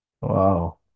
Wow